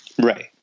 Right